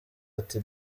ati